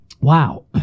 Wow